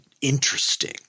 interesting